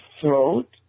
throat